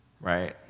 right